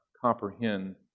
comprehend